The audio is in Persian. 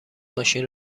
ماشین